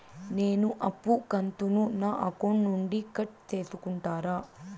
నేను అప్పు కంతును నా అకౌంట్ నుండి కట్ సేసుకుంటారా?